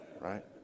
right